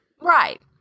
right